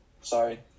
Sorry